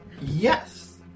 Yes